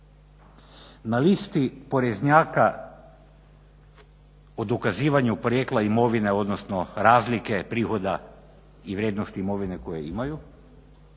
na listi poreznjaka o dokazivanju porijekla imovine odnosno razlike prihoda i vrijednost imovine koje imaju.